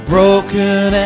Broken